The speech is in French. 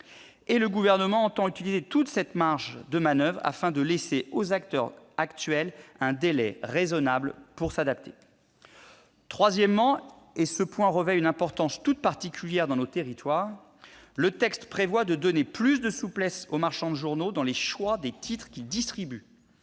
le Gouvernement entend utiliser toute cette marge de manoeuvre, afin de laisser aux acteurs actuels un délai raisonnable pour s'adapter. En troisième lieu- ce point revêt une importance toute particulière dans nos territoires -, le texte prévoit de donner plus de souplesse aux marchands de journaux dans le choix des titres qu'ils distribuent,